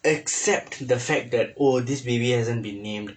accept the fact that oh this baby hasn't been named